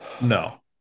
no